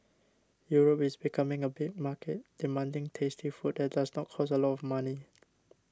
Europe is becoming a big market demanding tasty food that does not cost a lot of money